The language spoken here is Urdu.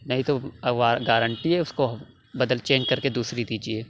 نہیں تو گارنٹی ہے اس کو بدل چینج کر کے دوسری دیجیے